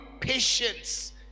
patience